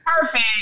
Perfect